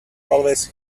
always